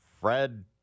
Fred